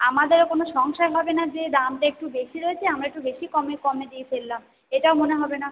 আমাদেরও কোনো সংশয় হবে না যে দামটা একটু বেশি রয়েছে আমরা একটু বেশি কমে কমে দিয়ে ফেললাম এটাও মনে হবে না